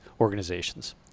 organizations